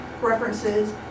references